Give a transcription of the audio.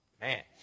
Man